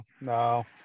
no